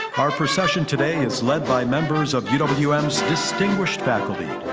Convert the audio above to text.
our procession today is led by members of uwm's distinguished faculty.